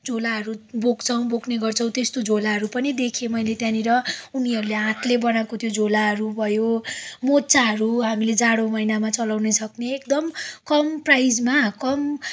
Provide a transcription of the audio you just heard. झोलाहरू बोक्छौँ बोक्ने गर्छौँ त्यस्तो झोलाहरू पनि देखेँ मैले त्यहाँनिर उनीहरूले हातले बनाएको त्यो झोलाहरू भयो मोजाहरू हामीले जाडो महिनामा चलाउनसक्ने एकदम कम प्राइसमा कम